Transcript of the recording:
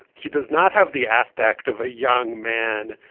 he does not have the aspect of a young man